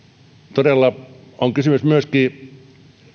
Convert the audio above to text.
on kysymys myöskin